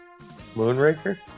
Moonraker